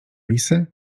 lisy